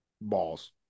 balls